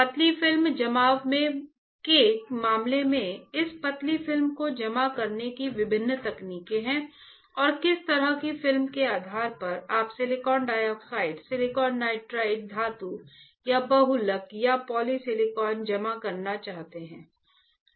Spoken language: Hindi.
पतली फिल्म जमाव के मामले में इस पतली फिल्म को जमा करने की विभिन्न तकनीकें हैं और किस तरह की फिल्म के आधार पर आप सिलिकॉन डाइऑक्साइड सिलिकॉन नाइट्राइड धातु या बहुलक या पॉलीसिलिकॉन जमा करना चाहते हैं